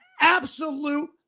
absolute